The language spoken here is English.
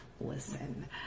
listen